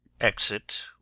Exit